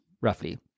roughly